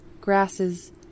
grasses